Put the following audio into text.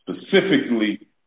specifically